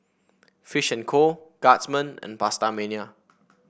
Fish and Co Guardsman and PastaMania